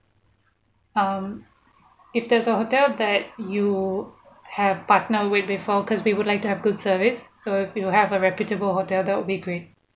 um if there's a hotel that you have partner with before because we would like to have good service so if you have a reputable hotel that will be great